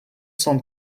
cent